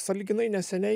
sąlyginai neseniai